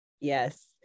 Yes